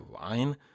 wine